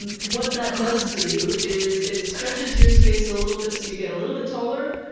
and what that does to you is it stretches your space a little bit so you get a little bit taller,